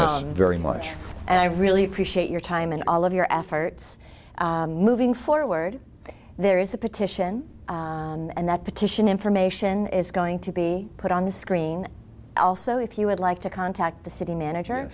us very much and i really appreciate your time and all of your efforts moving forward there is a petition and that petition information is going to be put on the screen also if you would like to contact the city manager